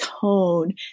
tone